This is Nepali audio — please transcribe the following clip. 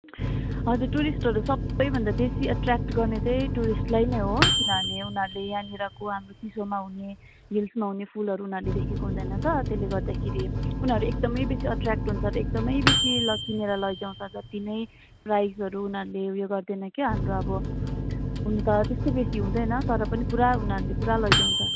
हजुर टुरिस्टहरू सबै भन्दा बेसि एट्रयाक्ट गर्ने चाहिँ टुरिस्टलाई नै हो किनभने उनीहरूले यहाँनिरको होम्रो चिसोमा हुने हिल्स्मा हुने फुलहरू उनीहरूले देखेका हुँदैन त त्यसले गर्दाखेरी उनीहरू एकदमै बेसी एट्रयाक्ट हुन्छ र एकदमै बेसी किनेर लैजाउछन् जति नै प्राइसहरू उनीहरूले उयो गर्दैनन् क्या हाम्रो अब हुन त त्यस्तो बेसी हुँदैन तर पनि पुरा उनीहरूले पुरा लैजाउँछ